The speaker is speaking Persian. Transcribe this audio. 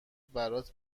برات